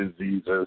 diseases